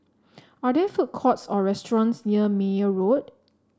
are there food courts or restaurants near Meyer Road